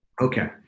Okay